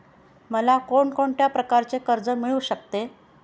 मला कोण कोणत्या प्रकारचे कर्ज मिळू शकते?